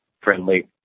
friendly